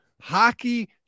hockey